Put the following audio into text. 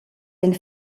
lein